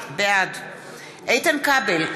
בעד איתן כבל,